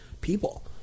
people